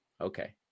okay